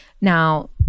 Now